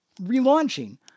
relaunching